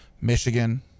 Michigan